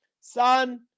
son